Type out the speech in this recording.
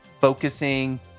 focusing